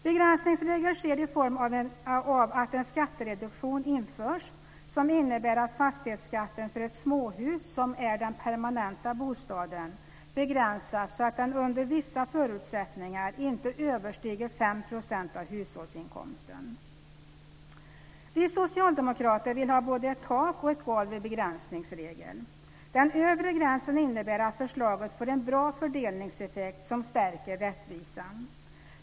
Begränsningsregeln sker i form av att en skattereduktion införs som innebär att fastighetsskatten för ett småhus som är den permanenta bostaden begränsas så att den under vissa förutsättningar inte överstiger 5 % Vi socialdemokrater vill ha både ett tak och ett golv i begränsningsregeln. Den övre gränsen innebär att förslaget får en bra fördelningseffekt som stärker rättvisan.